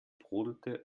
brodelte